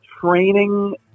training